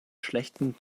schlechtem